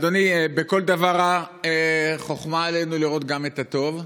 אדוני, בכל דבר רע חוכמה עלינו לראות גם את הטוב.